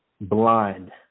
blind